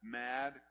mad